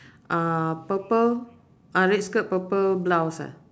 uh purple ah red skirt purple blouse ah